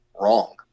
wrong